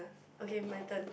okay my turn